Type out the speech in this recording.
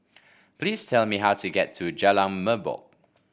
please tell me how to get to Jalan Merbok